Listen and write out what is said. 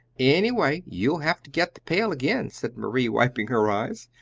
anyway, you'll have to get the pail again, said marie, wiping her eyes.